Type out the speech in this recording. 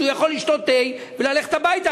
שיכול לשתות תה וללכת הביתה,